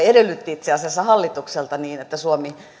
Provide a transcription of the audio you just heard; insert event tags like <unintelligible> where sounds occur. <unintelligible> edellytti itse asiassa hallitukselta että suomi